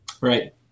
Right